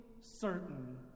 certain